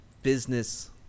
Business